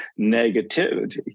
negativity